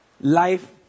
life